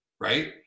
right